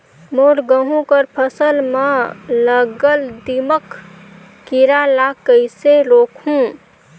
मोर गहूं कर फसल म लगल दीमक कीरा ला कइसन रोकहू?